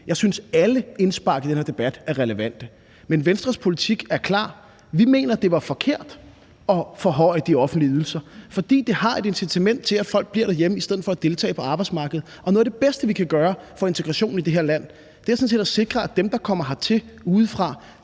jeg synes, at alle indspark i den her debat er relevante, men Venstres politik er klar: Vi mener, det var forkert at forhøje de offentlige ydelser, fordi det giver et incitament til, at folk bliver derhjemme i stedet for at deltage på arbejdsmarkedet, og noget af det bedste, vi kan gøre for integrationen i det her land, er sådan set at sikre, at dem, der kommer hertil udefra,